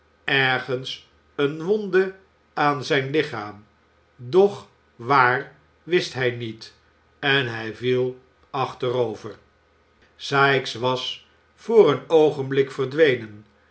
ergens eene wonde aan zijn lichaam doch waar wist hij niet en hij viel achterover sikes was voor een oogenblik verdwenen